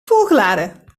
volgeladen